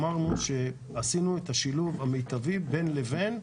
אמרנו שעשינו את השילוב המיטבי בין לבין,